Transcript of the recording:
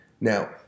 Now